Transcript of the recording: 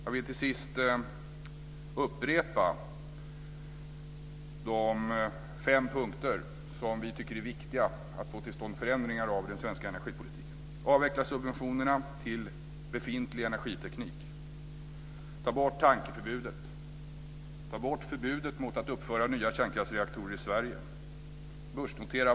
Jag vill till sist upprepa de fem punkter som vi tycker är viktiga att få till stånd förändringar av i den svenska energipolitiken. · Ta bort förbudet mot att uppföra nya kärnkraftsreaktorer i Sverige.